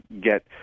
get